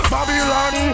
Babylon